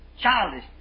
Childish